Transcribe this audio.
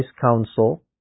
counsel